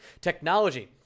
technology